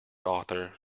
author